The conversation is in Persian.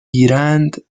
گیرند